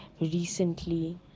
Recently